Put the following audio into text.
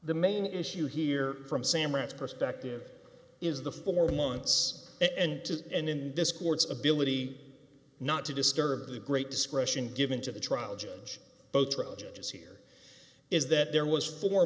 the main issue here from samrat perspective is the four months and to and in this court's ability not to disturb the great discretion given to the trial judge both pro judges here is that there was four